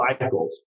cycles